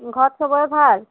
ঘৰত চবৰে ভাল